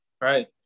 Right